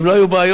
אם לא היו בעיות